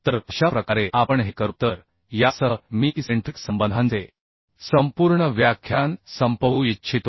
तर अशा प्रकारे आपण हे करू तर यासह मी इसेंट्रिक संबंधांचे संपूर्ण व्याख्यान संपवू इच्छितो